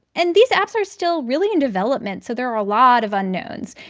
and these apps are still really in development, so there are a lot of unknowns.